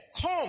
come